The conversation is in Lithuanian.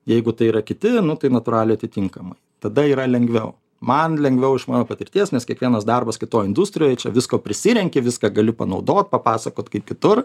jeigu tai yra kiti nu tai natūraliai atitinkamai tada yra lengviau man lengviau iš mano patirties nes kiekvienas darbas kitoj industrijoj čia visko prisirenki viską galiu panaudot papasakot kaip kitur